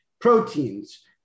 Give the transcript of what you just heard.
proteins